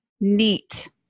neat